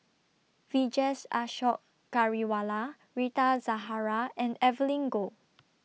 Vijesh Ashok Ghariwala Rita Zahara and Evelyn Goh